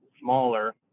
smaller